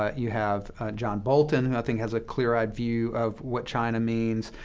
you have john bolton, who i think has a clear-eyed view of what china means.